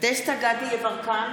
דסטה גדי יברקן,